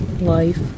life